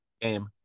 game